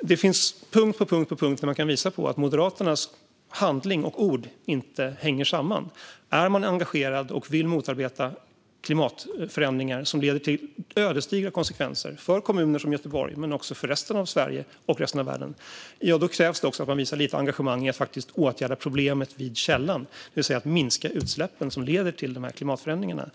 Det finns punkt efter punkt där man kan visa på att Moderaternas handling och ord inte hänger samman. Om man är engagerad och vill motarbeta klimatförändringar som leder till ödesdigra konsekvenser för kommuner som Göteborg, men också för resten av Sverige och för resten av världen, krävs det också att man visar lite engagemang för att faktiskt åtgärda problemen vid källan, det vill säga att minska utsläppen som leder till klimatförändringarna.